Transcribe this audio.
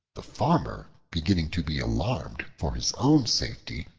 the farmer, beginning to be alarmed for his own safety,